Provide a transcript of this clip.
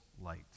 light